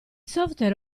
software